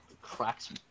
cracks